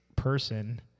person